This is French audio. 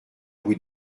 vous